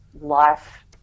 life